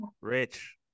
Rich